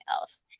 else